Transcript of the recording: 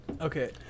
Okay